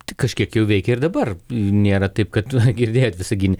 tai kažkiek jau veikia ir dabar nėra taip kad girdėjot visagine